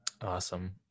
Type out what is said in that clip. Awesome